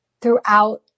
throughout